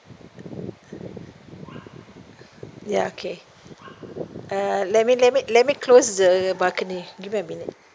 ya okay uh let me let me let me close the balcony give me a minute